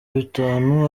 bitanu